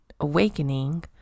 awakening